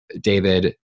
David